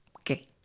okay